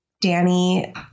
Danny